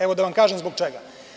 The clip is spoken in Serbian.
Evo da vam kažem zbog čega.